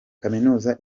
kaminuza